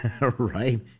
right